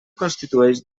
constitueix